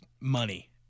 money